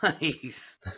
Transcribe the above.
Nice